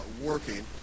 working